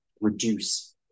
reduce